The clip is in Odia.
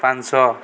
ପାଞ୍ଚଶହ